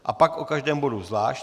A pak o každém bodu zvlášť.